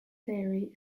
theory